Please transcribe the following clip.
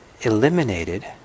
eliminated